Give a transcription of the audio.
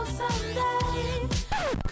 someday